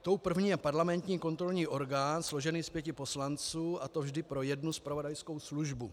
Tou první je parlamentní kontrolní orgán složený z pěti poslanců, a to vždy pro jednu zpravodajskou službu.